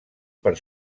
per